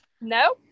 No